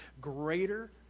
greater